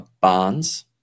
Bonds